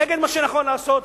נגד מה שנכון לעשות,